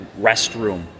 restroom